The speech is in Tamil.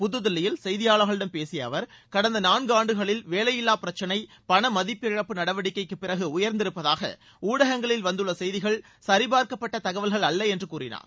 புதுதில்லியில் செய்தியாளர்களிடம் பேசிய அவர் கடந்த நான்காண்டுகளில் வேலையில்லாப் பிரச்சினை மதிப்பிழப்பு நடவடிக்கைக்குப் பிறகு உயர்ந்திருப்பதாக ஊடகங்களில் வந்துள்ள செய்திகள் பண சரிபார்க்கப்பட்ட தகவல்கள் அல்ல என்று கூறினார்